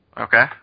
Okay